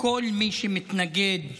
כל מי שמתנגד לשינוי,